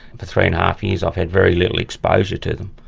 for three and a half years, i've had very little exposure to them.